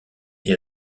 est